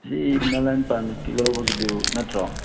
ꯁꯤ ꯏꯟꯅꯔ ꯂꯥꯏꯟ ꯄꯔꯃꯤꯠꯀꯤ ꯂꯧꯕꯒꯤꯗꯨ ꯅꯠꯇ꯭ꯔꯣ